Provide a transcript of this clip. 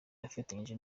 afatanyije